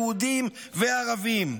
יהודים וערבים,